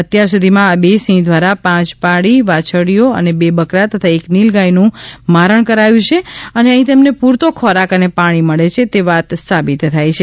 અત્યાર સુધીમાં આ બે સિંહ દ્વારા પાંચ પાડી વાછરડીઓ બે બકરા તથા એક નીલ ગાયનું મારણ કરાયું છે અને અહી તેમણે પૂરતો ખોરાક અને પાણી મળે છે તે વાત સાબિત થાય છે